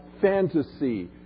fantasy